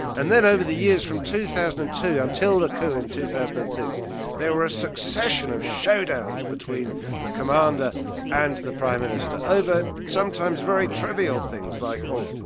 and then over the years from two thousand and two until the coup in two thousand and six there were a succession of showdowns between the commander and the prime minister, over sometimes very trivial things like oh,